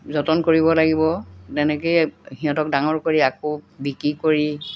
যতন কৰিব লাগিব তেনেকেই সিহঁতক ডাঙৰ কৰি আকৌ বিক্ৰী কৰি